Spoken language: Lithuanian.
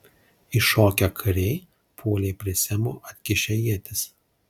iššokę kariai puolė prie semo atkišę ietis